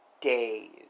days